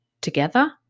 together